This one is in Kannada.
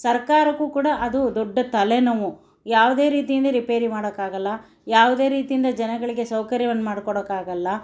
ಸರ್ಕಾರಕ್ಕೂ ಕೂಡ ಅದು ದೊಡ್ಡ ತಲೆನೋವು ಯಾವುದೇ ರೀತಿಯಿಂದ ರಿಪೇರಿ ಮಾಡೋಕ್ಕಾಗಲ್ಲ ಯಾವುದೇ ರೀತಿಯಿಂದ ಜನಗಳಿಗೆ ಸೌಕರ್ಯವನ್ನು ಮಾಡ್ಕೊಡಕ್ಕಾಗಲ್ಲ